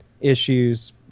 issues